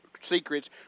secrets